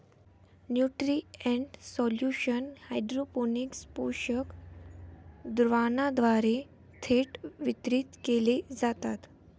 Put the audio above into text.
nutrient solution hydroponics पोषक द्रावणाद्वारे थेट वितरित केले जातात